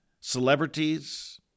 celebrities